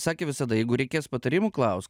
sakė visada jeigu reikės patarimų klausk